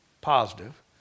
positive